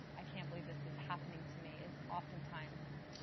i can't believe this is happening to me is often times.